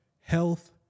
health